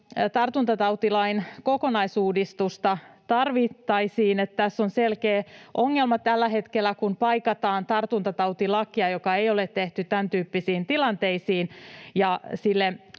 Tartuntatautilain kokonaisuudistusta tarvittaisiin, eli tässä on selkeä ongelma tällä hetkellä, kun paikataan tartuntatautilakia, jota ei ole tehty tämäntyyppisiin tilanteisiin.